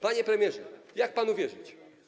Panie premierze, jak panu wierzyć?